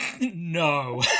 no